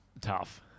Tough